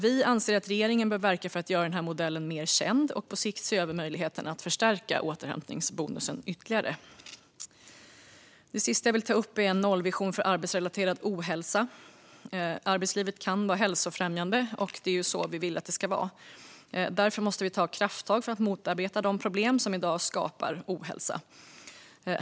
Vi anser att regeringen bör verka för att göra denna modell mer känd och på sikt se över möjligheten att förstärka återhämtningsbonusen ytterligare. Det sista jag vill ta upp är en nollvision för arbetsrelaterad ohälsa. Arbetslivet kan vara hälsofrämjande; det är så vi vill att det ska vara. Därför måste vi ta krafttag för att motarbeta de problem som i dag skapar ohälsa.